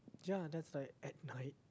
ya that's like at night